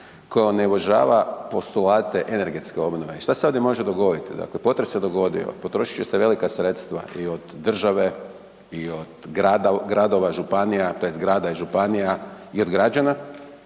koja ne uvažava postulate energetske obnove. I što se ovdje može dogoditi? Dakle, potres se dogodio, potrošit će se velika sredstva i od države i od gradova i županija tj. grada